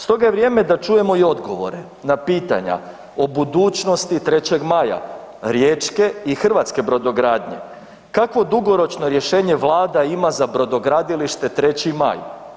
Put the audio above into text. Stoga je vrijeme da čujemo i odgovore na pitanja o budućnosti 3. Maja, riječke i hrvatske brodogradnje, kakvo dugoročno rješenje Vlada ima za Brodogradilište 3. Maj?